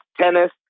tennis